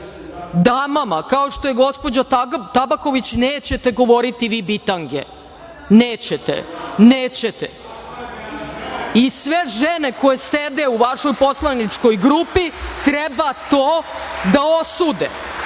damama kao što je gospođa Tabaković nećete govoriti – vi bitange. Nećete. Nećete.I sve žene koje sede u vašoj poslaničkog grupi treba to da osude.